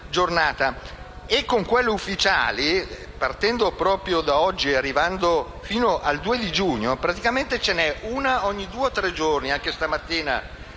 Con quelle ufficiali, partendo proprio da oggi e arrivando fino al 2 giugno, praticamente ce n'è una ogni due o tre giorni. Anche stamattina